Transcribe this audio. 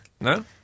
No